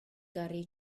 gyrru